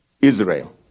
Israel